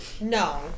No